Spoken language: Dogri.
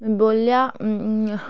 बोल्लेआ